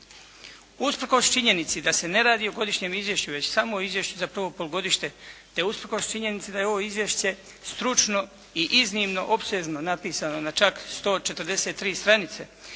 Usprkos činjenici da se ne radi o godišnjem izvješću već samo izvješću za prvo polugodište te usprkos činjenici da je ovo izvješće stručno i iznimno opsežno napisano na čak 143 stranice,